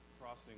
Crossing